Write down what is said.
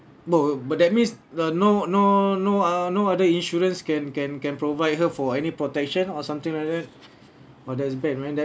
oh but that means uh no no no ot~ no other insurance can can can provide her for any protection or something like that !wah! that's bad man